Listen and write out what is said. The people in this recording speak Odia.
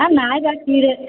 ନାଇଁ ବା କି